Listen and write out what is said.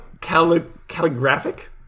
calligraphic